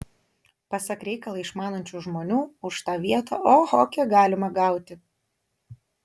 pasak reikalą išmanančių žmonių už tą vietą oho kiek galima gauti